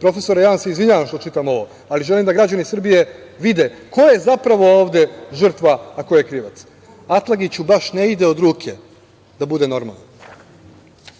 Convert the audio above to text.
Profesore, ja vam se izvinjavam što čitam ovo, ali želim da građani Srbije vide ko je zapravo ovde žrtva a ko je krivac. „Atlagiću baš ne ide od ruke da bude normalan“.Isti